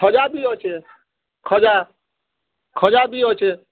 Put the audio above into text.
ଖଜା ବି ଅଛେ ଖଜା ଖଜା ବି ଅଛେ